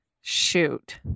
Shoot